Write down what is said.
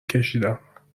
کشیدم